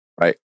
right